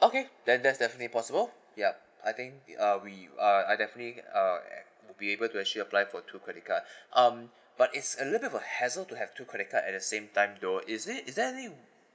okay then that's definitely possible yup I think we uh we uh I definitely uh ab~ be able to actually apply for two credit card um but it's a little of a hassle to have two credit card at the same time though is it is there any